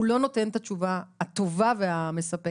הוא לא נותן את התשובה הטובה והמספקת,